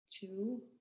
two